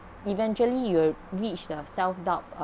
eventually you will reach the self doubt